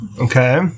Okay